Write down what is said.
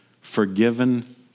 forgiven